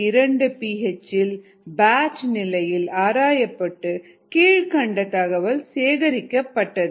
2 P H இல் batch நிலையில் ஆராயப்பட்டு கீழ்க்கண்ட தகவல் சேகரிக்கப்பட்டது